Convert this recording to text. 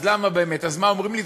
אז למה באמת, אז מה אומרים לי?